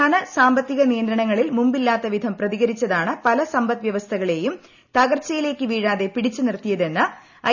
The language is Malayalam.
ധന സാമ്പത്തിക നിയന്ത്രണങ്ങളിൽ മുമ്പില്ലാത്ത വിധം പ്രതികരിച്ചതാണ് പല സമ്പദ്വൃവസ്ഥകളെയും തകർച്ചയിലേക്ക് വീഴാതെ പിടിച്ചു നിർത്തിയതെന്ന് ഐ